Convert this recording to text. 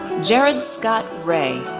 jerod scott ray,